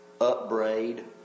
upbraid